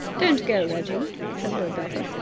don't go, reggie, said lord belpher.